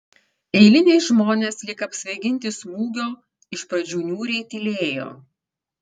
eiliniai žmonės lyg apsvaiginti smūgio iš pradžių niūriai tylėjo